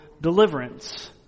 deliverance